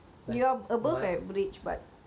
like what